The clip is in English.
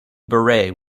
beret